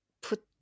put